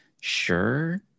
sure